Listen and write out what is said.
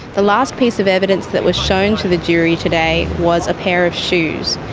the last piece of evidence that was shown to the jury today was a pair of shoes.